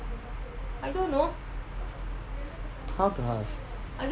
how to ask